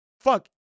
fuck